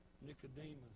Nicodemus